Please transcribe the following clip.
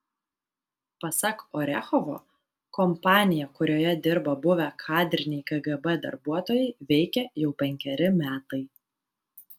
pasak orechovo kompanija kurioje dirba buvę kadriniai kgb darbuotojai veikia jau penkeri metai